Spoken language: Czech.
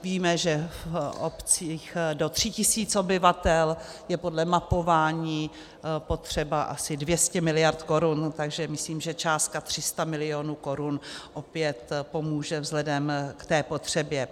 Víme, že v obcích do tří tisíc obyvatel je podle mapování potřeba asi 200 miliard korun, takže myslím, že částka 300 milionů korun opět pomůže vzhledem k té potřebě.